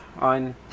on